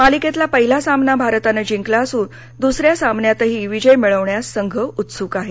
मालिकेतला पहिला सामना भारतानं जिंकला असून दुसरा सामन्यातही विजय भिळवण्यास संघ उत्सुक आहे